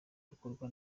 rukorwa